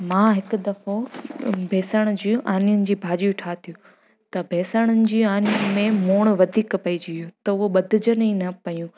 मां हिकु दफ़ो बेसण जूं आनियुनि जी भाॼियूं ठाहियूं त बेसणनि जी आनी में मोण वधीक पइजी वियो त उहे बधिजनि ई न पियूं